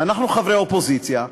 ואנחנו חברי אופוזיציה,